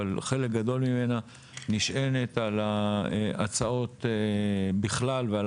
אבל חלק גדול ממנה נשען על ההצעות בכלל ועל